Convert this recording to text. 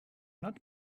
not